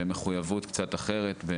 במחויבות קצת אחרת.